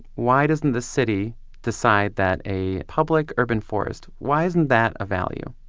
why doesn't the city decide that a public urban forest, why isn't that a value?